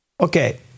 Okay